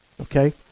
okay